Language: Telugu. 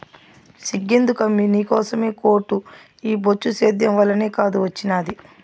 సిగ్గెందుకమ్మీ నీకోసమే కోటు ఈ బొచ్చు సేద్యం వల్లనే కాదూ ఒచ్చినాది